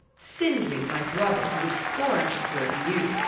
sindri, my brother, who would scorn to serve you,